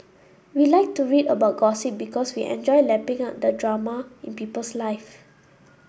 we like to read about gossip because we enjoy lapping up the drama in people's lives